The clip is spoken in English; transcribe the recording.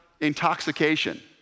intoxication